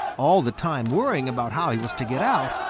all the time worrying about how he was to get out,